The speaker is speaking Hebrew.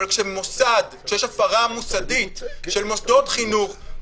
אבל כשיש הפרה מוסדית של מוסדות חינוך,